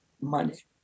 money